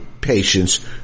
patients